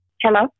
Hello